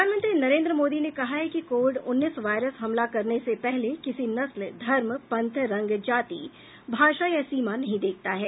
प्रधानमंत्री नरेंद्र मोदी ने कहा है कि कोविड उन्नीस वायरस हमला करने से पहले किसी नस्ल धर्म पंथ रंग जाति भाषा या सीमा नहीं देखता है